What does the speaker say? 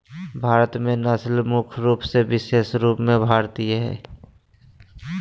भारत में नस्ल मुख्य रूप से विशेष रूप से भारतीय हइ